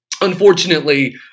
Unfortunately